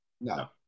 No